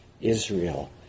Israel